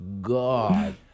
God